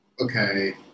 okay